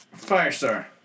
Firestar